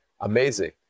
Amazing